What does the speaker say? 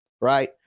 Right